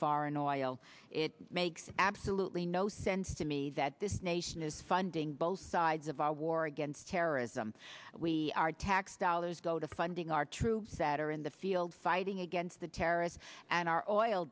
foreign oil it makes absolutely no sense to me that this nation is funding both sides of our war against terrorism we are tax dollars go to funding our troops that are in the field fighting against the terrorists and our oil